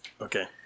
Okay